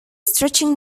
stretching